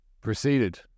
proceeded